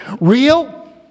Real